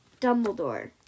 Dumbledore